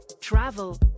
travel